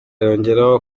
yongeraho